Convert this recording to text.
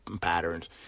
patterns